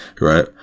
right